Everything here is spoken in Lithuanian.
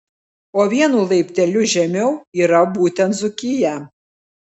o vienu laipteliu žemiau yra būtent dzūkija